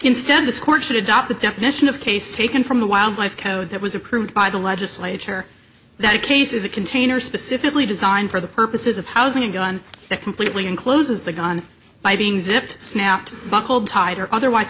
instead this court should adopt the definition of case taken from the wildlife code that was approved by the legislature that a case is a container specifically designed for the purposes of housing a gun that completely encloses the gun by being zipped snapped buckled tied or otherwise